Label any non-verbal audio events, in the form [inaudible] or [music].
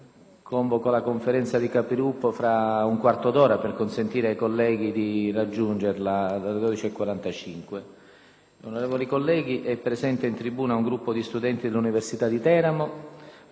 Onorevoli colleghi, è presente in tribuna un gruppo di studenti dell'Università di Teramo. Rivolgo a tutti loro, a nome dell'intera Assemblea, un cordiale ed affettuoso saluto. [applause]